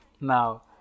now